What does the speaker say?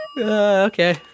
Okay